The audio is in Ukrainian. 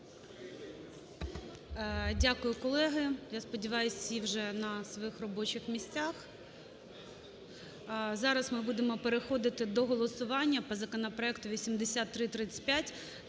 Дякую, колеги. Я сподіваюсь, всі вже на своїх робочих місцях? Зараз ми будемо переходити до голосування по законопроекту 8335